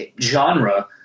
genre